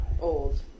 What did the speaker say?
old